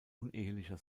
unehelicher